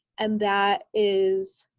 and that is,